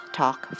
talk